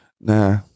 Nah